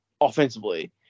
offensively